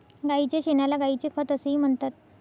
गायीच्या शेणाला गायीचे खत असेही म्हणतात